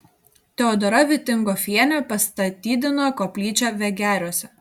teodora vitingofienė pastatydino koplyčią vegeriuose